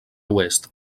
oest